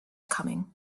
coming